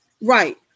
Right